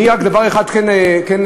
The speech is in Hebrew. רק דבר אחד כן נאמר,